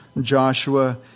Joshua